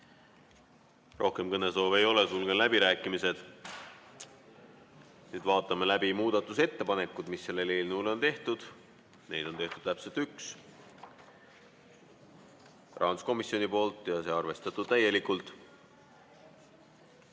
Rohkem kõnesoove ei ole, sulgen läbirääkimised. Nüüd vaatame läbi muudatusettepanekud, mis selle eelnõu kohta on tehtud. Neid on tehtud täpselt üks. See on rahanduskomisjonilt ja arvestatud täielikult.